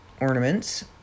ornaments